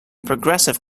progressive